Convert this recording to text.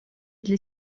для